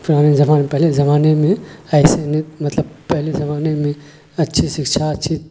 پرانے زمانے میں پہلے کے زمانے میں ایسے نہیں مطلب پہلے زمانے میں اچھی سکچھا اچھی